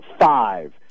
five